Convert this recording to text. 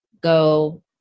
go